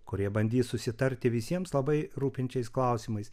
kurie bandys susitarti visiems labai rūpinčiais klausimais